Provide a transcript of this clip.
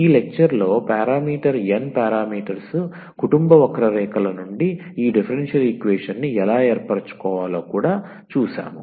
ఈ లెక్చర్ లో parameter n parameters కుటుంబం వక్రరేఖల నుండి ఈ డిఫరెన్షియల్ ఈక్వేషన్ని ఎలా ఏర్పరుచుకోవాలో కూడా చూశాము